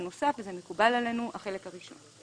נוסף והחלק הראשון שהוצע אכן מקובל עלינו.